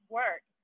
work